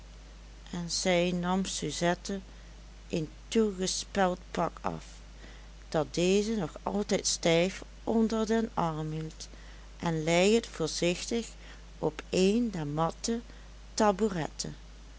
en zij nam suzette een toegespeld pak af dat deze nog altijd stijf onder den arm hield en lei het voorzichtig op een der matten